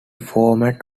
format